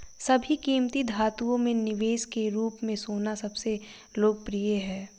सभी कीमती धातुओं में निवेश के रूप में सोना सबसे लोकप्रिय है